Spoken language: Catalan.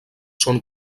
són